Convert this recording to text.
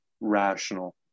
rational